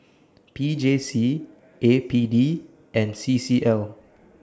P J C A P D and C C L